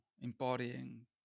embodying